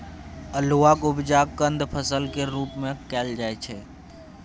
अल्हुआक उपजा कंद फसल केर रूप मे कएल जाइ छै